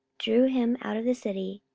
drew him out of the city,